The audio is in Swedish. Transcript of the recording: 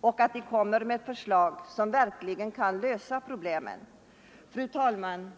och ger oss förslag som verkligen kan lösa problemen. Fru talman!